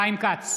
חיים כץ,